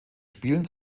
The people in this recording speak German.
spielen